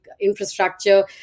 infrastructure